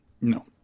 No